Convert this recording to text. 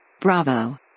Bravo